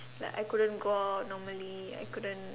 like I couldn't go out normally I couldn't